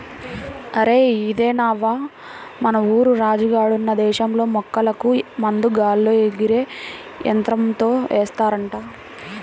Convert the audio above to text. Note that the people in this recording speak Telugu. అరేయ్ ఇదిన్నవా, మన ఊరు రాజు గాడున్న దేశంలో మొక్కలకు మందు గాల్లో ఎగిరే యంత్రంతో ఏస్తారంట